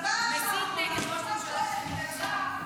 ממתי ההרשעה האחרונה?